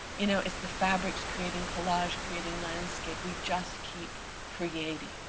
you know it's the fabrics creating collage, creating landscape. we just keep creating,